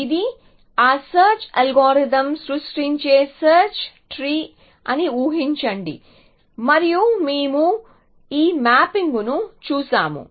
ఇది ఆ search algorithm సృష్టించే సెర్చ్ ట్రీ అని ఊహించండి మరియు మేము ఈ మ్యాపింగ్ను చూశాము